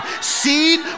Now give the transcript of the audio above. Seed